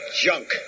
junk